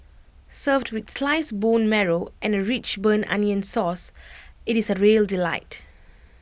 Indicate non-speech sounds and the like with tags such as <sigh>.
served with <noise> sliced bone marrow and A rich burnt onion sauce IT is A real delight